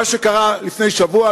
מה שקרה לפני שבוע,